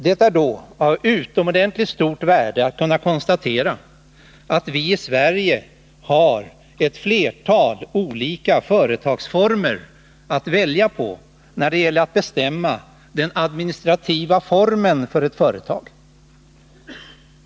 Det är då av utomordentligt stort värde att kunna konstatera att vi i Sverige har ett flertal olika företagsformer att välja på när det gäller att bestämma den administrativa formen för ett företag.